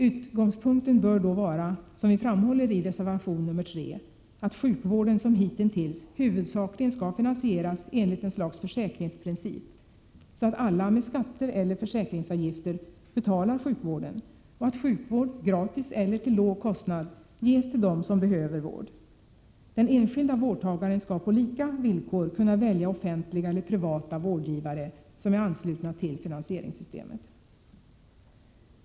Utgångspunkten bör då vara, som vi framhåller i reservation nr 3, att sjukvården som hitintills huvudsakligen skall finansieras enligt ett slags försäkringsprincip, så att alla med skatter eller försäkringsavgifter betalar sjukvården och att sjukvård gratis eller till låg kostnad ges till dem som behöver vård. Den enskilda vårdtagaren skall på lika villkor kunna välja offentliga eller privata vårdgivare som är anslutna till finansieringssystemet.